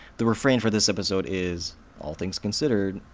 the refrain for this episode is all things considered,